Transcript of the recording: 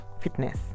fitness